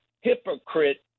hypocrite